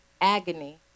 agony